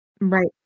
Right